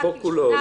לחוק כולו.